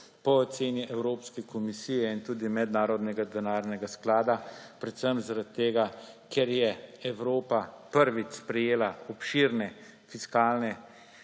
po ocen Evropske komisije in tudi Mednarodnega denarnega sklada predvsem zaradi tega, ker je Evropa prvič sprejela obširne fiskalne